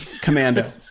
Commando